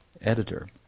editor